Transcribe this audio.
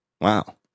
Wow